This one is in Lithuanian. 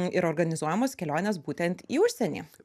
ir organizuojamos kelionės būtent į užsienį